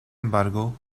embargo